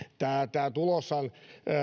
tuloshan